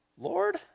Lord